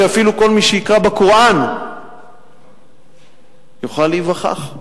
שאפילו כל מי שיקרא בקוראן יוכל להיווכח.